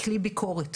ככלי ביקורת.